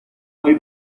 muy